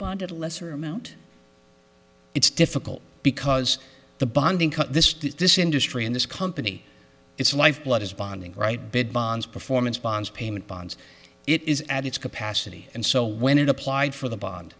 at a lesser amount it's difficult because the bonding cut this this industry and this company its lifeblood is bonding right bed bonds performance bonds payment bonds it is at its capacity and so when it applied for the bond